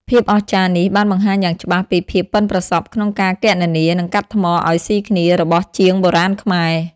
ភាពអស្ចារ្យនេះបានបង្ហាញយ៉ាងច្បាស់ពីភាពប៉ិនប្រសប់ក្នុងការគណនា និងកាត់ថ្មឱ្យស៊ីគ្នារបស់ជាងបុរាណខ្មែរ។